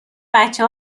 بچه